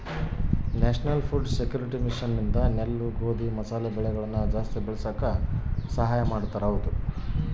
national food security mission ಇಂದ ನೆಲ್ಲು ಗೋಧಿ ಮಸಾಲೆ ಬೆಳೆಗಳನ ಜಾಸ್ತಿ ಬೆಳಸಾಕ ಸಹಾಯ ಮಾಡ್ತಾರ